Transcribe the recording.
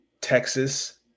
texas